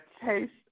taste